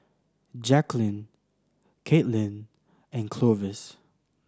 Jacquelynn Kaitlyn and Clovis